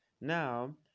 Now